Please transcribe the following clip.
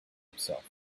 himself